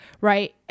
Right